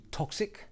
toxic